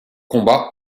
combat